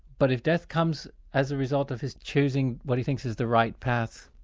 but if death comes as a result of his choosing what he thinks is the right path,